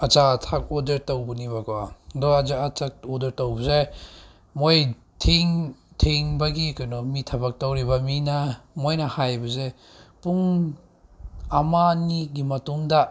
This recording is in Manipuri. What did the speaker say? ꯑꯆꯥ ꯑꯊꯛ ꯑꯣꯗꯔ ꯇꯧꯕꯅꯦꯕꯀꯣ ꯑꯗꯣ ꯑꯆꯥ ꯑꯊꯛ ꯑꯣꯗꯔ ꯇꯧꯕꯁꯦ ꯃꯣꯏ ꯊꯦꯡꯕꯒꯤ ꯀꯩꯅꯣ ꯃꯤ ꯊꯕꯛ ꯇꯧꯔꯤꯕ ꯃꯤꯅ ꯃꯣꯏꯅ ꯍꯥꯏꯕꯁꯦ ꯄꯨꯡ ꯑꯝ ꯑꯅꯤꯒꯤ ꯃꯇꯨꯡꯗ